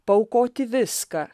paaukoti viską